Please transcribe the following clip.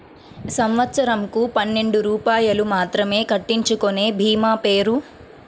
సంవత్సరంకు పన్నెండు రూపాయలు మాత్రమే కట్టించుకొనే భీమా పేరు?